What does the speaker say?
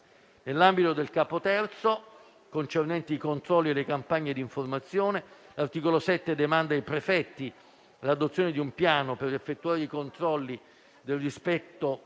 Nell'ambito del capo III, concernente i controlli e le campagne di informazione, l'articolo 7 demanda ai prefetti l'adozione di un piano per effettuare i controlli del possesso